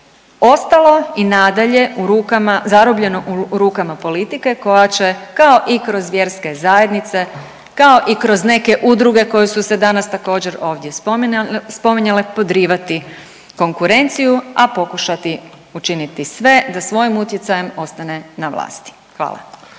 ostalo i nadalje u rukama, zarobljeno u rukama politike koja će kao i kroz vjerske zajednice, kao i kroz neke udruge koje su se danas također ovdje spominjale, podrivati konkurenciju, a pokušati učiniti sve da svojim utjecajem ostane na vlasti, hvala.